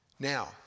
Now